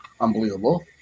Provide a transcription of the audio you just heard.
unbelievable